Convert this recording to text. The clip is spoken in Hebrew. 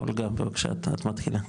אולגה, בבקשה, את מתחילה.